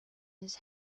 his